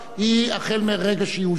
הן החל מרגע שיושבע.